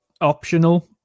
optional